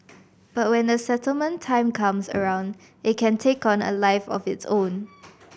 but when the settlement time comes around it can take on a life of its own